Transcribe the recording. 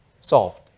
solved